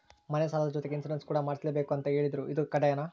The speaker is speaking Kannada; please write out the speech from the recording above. ಮನೆ ಸಾಲದ ಜೊತೆಗೆ ಇನ್ಸುರೆನ್ಸ್ ಕೂಡ ಮಾಡ್ಸಲೇಬೇಕು ಅಂತ ಹೇಳಿದ್ರು ಇದು ಕಡ್ಡಾಯನಾ?